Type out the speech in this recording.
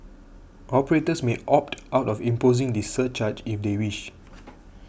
operators may opt out of imposing this surcharge if they wish